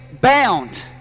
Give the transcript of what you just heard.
bound